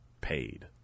paid